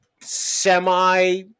semi